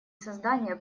создания